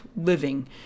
living